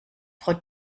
frau